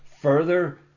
further